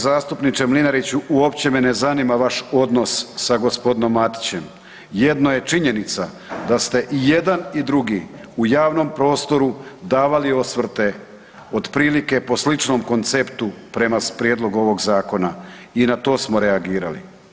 zastupniče Mlinariću uopće me ne zanima vaš odnos sa gospodinom Matićem, jedno je činjenica da ste i jedan i drugi u javnom prostoru davali osvrte otprilike po sličnom konceptu prema prijedlogu ovog zakona i na to smo reagirali.